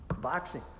boxing